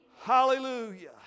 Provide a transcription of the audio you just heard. Hallelujah